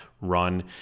run